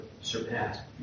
surpassed